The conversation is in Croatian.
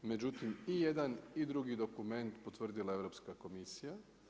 Međutim i jedan i drugi dokument potvrdila je Europska komisija.